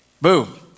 boom